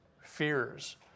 fears